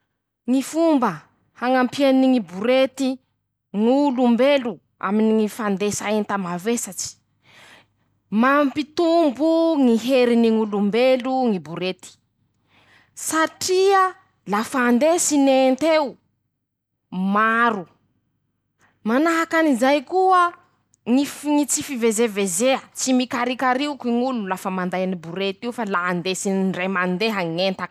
Ñy fomba hañampiany ñy borety ñ'olombelo aminy ñy fandesa enta mavesatsy: -Mampitombo ñy heriny ñ'olombelo ñy borety satria lafa andesiny ent'eo maro. -Manahaky anizay koa ñy tsy ff fivezeavezea. tsy mikariokarioky ñ'olo lafa manday any borety io fa la andesiny indray mandeha ñ'entany.